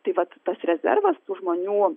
tai vat tas rezervas tų žmonių